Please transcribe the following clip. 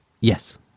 Yes